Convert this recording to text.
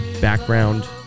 background